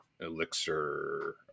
Elixir